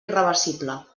irreversible